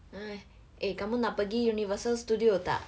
!hais! eh kamu nak pergi universal studios tak